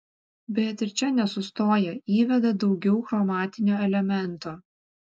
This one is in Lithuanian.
bet ir čia nesustoja įveda daugiau chromatinio elemento